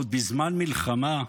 ועוד בזמן מלחמה,